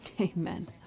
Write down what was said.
Amen